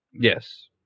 Yes